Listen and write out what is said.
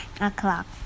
o'clock